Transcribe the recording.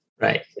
Right